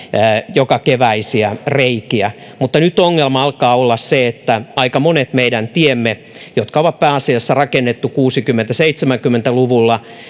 jokakeväisiä reikiä mutta nyt ongelma alkaa olla se että aika monet meidän tiemme jotka on pääasiassa rakennettu kuusikymmentä viiva seitsemänkymmentä luvulla